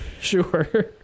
sure